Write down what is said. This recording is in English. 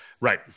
right